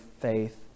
faith